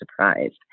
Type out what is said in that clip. surprised